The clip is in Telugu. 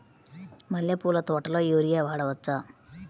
మల్లె పూల తోటలో యూరియా వాడవచ్చా?